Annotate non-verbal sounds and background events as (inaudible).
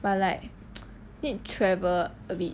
but like (noise) need travel a bit